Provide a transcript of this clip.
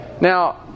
Now